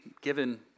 given